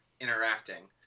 interacting